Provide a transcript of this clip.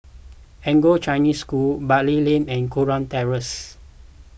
Anglo Chinese School Bali Lane and Kurau Terrace